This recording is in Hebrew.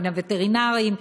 הווטרינרים,